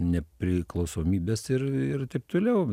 nepriklausomybės ir ir taip toliau